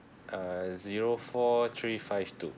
uh zero four three five two